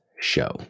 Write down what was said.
show